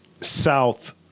South